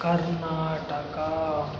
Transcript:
Karnataka